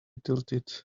tilted